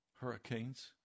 hurricanes